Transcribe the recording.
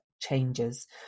changes